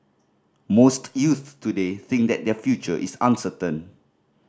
most youths today think that their future is uncertain